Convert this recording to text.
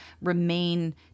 remain